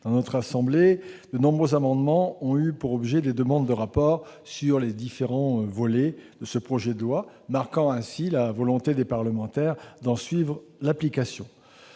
nationale et au Sénat, de nombreux amendements ont été examinés visant à demander des rapports sur les différents volets de ce projet de loi, marquant ainsi la volonté des parlementaires d'en suivre l'application.